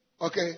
Okay